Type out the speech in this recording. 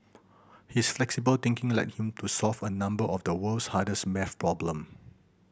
his flexible thinking led him to solve a number of the world's hardest maths problem